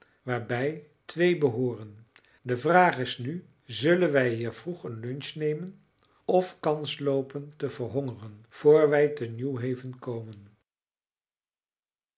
waarbij twee behooren de vraag is nu zullen wij hier vroeg een lunch nemen of kans loopen te verhongeren voor wij te newhaven komen